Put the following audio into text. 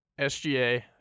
SGA